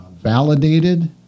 Validated